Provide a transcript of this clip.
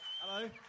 Hello